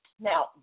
Now